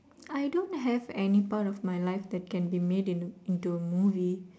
I don't have any part of my life that can be made in into a movie